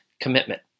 commitment